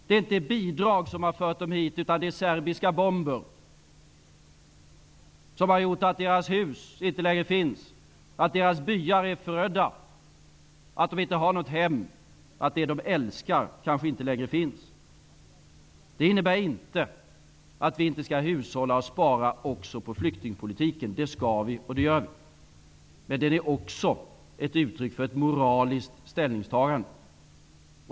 Det är inte bidrag som har fört dem hit, det är serbiska bomber, bomber som har gjort att deras hus inte längre finns, att deras byar är förödda, att de inte har något hem, att det de älskar kanske inte längre finns. Det innebär inte att vi inte skall hushålla och spara på flyktingpolitikens område. Det skall vi, och det gör vi. Men flyktingpolitiken är också uttryck för ett moraliskt ställningstagande.